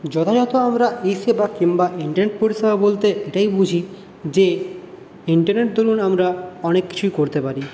যথাযথ আমরা ই সেবা বা ইন্টারনেট পরিষেবা বলতে এটাই বুঝি যে ইন্টারনেট দরুন আমরা অনেক কিছুই করতে পারি